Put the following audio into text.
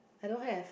I don't have